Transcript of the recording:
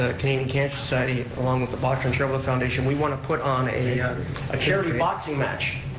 ah canadian cancer society, along with the boxrun charitable foundation, we want to put on a ah charity boxing match.